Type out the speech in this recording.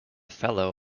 fellow